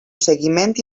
seguiment